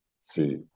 see